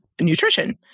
nutrition